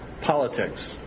politics